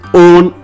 own